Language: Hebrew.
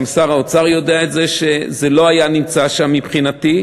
גם שר האוצר יודע שזה לא היה נמצא שם מבחינתי.